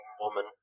Woman